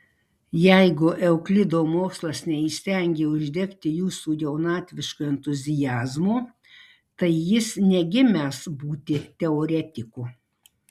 jeigu euklido mokslas neįstengė uždegti jūsų jaunatviško entuziazmo tai jis negimęs būti teoretiku